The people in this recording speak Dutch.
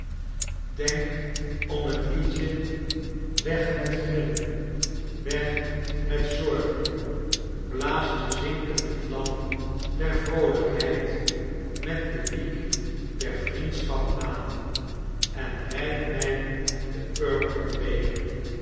denk om het liedje weg met grillen weg met zorgen blaas de zinkende vlam der vroolijkheid met de wiek der vriendschap aan en reik mij den purperen beker